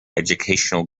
educational